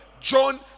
John